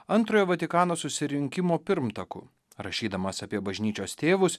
antrojo vatikano susirinkimo pirmtaku rašydamas apie bažnyčios tėvus